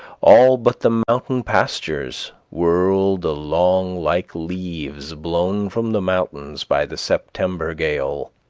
all but the mountain pastures, whirled along like leaves blown from the mountains by the september gales.